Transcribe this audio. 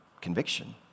conviction